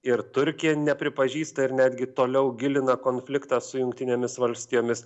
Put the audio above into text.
ir turkija nepripažįsta ir netgi toliau gilina konfliktą su jungtinėmis valstijomis